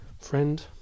friend